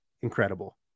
incredible